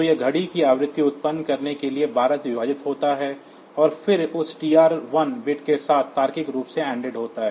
तो यह घड़ी की आवृत्ति उत्पन्न करने के लिए 12 से विभाजित होता है और फिर उस TR1 बिट के साथ तार्किक रूप से Anded होता है